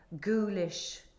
ghoulish